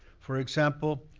for example,